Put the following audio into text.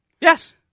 yes